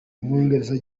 umwongereza